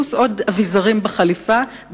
פלוס עוד אביזרים בחליפה,